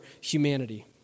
humanity